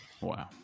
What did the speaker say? Wow